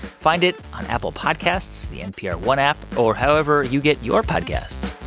find it on apple podcasts, the npr one app or however you get your podcasts